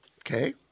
Okay